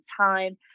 time